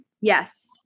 Yes